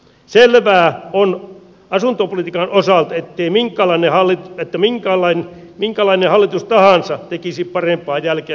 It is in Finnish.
selvää on asuntopolitiikan osalta että minkälainen hallitus tahansa tekisi parempaa jälkeä kuin nykyinen